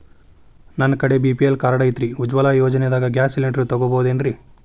ನನ್ನ ಕಡೆ BPL card ಐತ್ರಿ, ಉಜ್ವಲಾ ಯೋಜನೆದಾಗ ಗ್ಯಾಸ್ ಸಿಲಿಂಡರ್ ತೊಗೋಬಹುದೇನ್ರಿ?